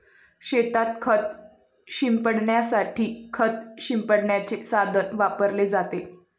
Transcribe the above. शेतात खत शिंपडण्यासाठी खत शिंपडण्याचे साधन वापरले जाते